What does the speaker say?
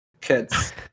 kids